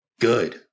good